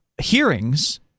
hearings